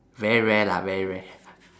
very rare lah very rare